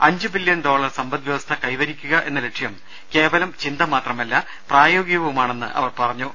അഞ്ചു billion dollar സമ്പദ് വ്യവസ്ഥ കൈവരിക്കുക എന്ന ലക്ഷ്യം കേവലം ചിന്ത മാത്രമല്ല പ്രായോഗികവുമാണെന്ന് അവർ പറഞ്ഞു